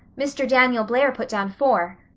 mr. daniel blair put down four,